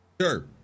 sure